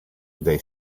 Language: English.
they